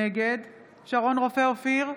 נגד שרון רופא אופיר,